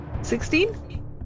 Sixteen